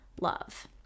love